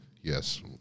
yes